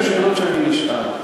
על שאלות שאני נשאל,